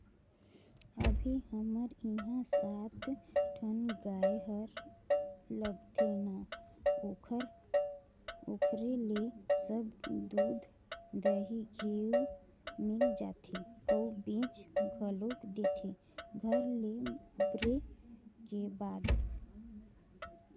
अभी हमर इहां सात ठन गाय हर लगथे ना ओखरे ले सब दूद, दही, घींव मिल जाथे अउ बेंच घलोक देथे घर ले उबरे के बाद